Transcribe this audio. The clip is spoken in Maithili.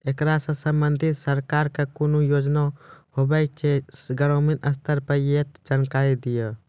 ऐकरा सऽ संबंधित सरकारक कूनू योजना होवे जे ग्रामीण स्तर पर ये तऽ जानकारी दियो?